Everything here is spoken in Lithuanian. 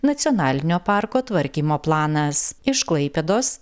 nacionalinio parko tvarkymo planas iš klaipėdos